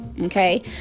okay